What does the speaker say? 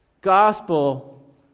gospel